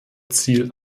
ziel